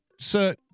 Sir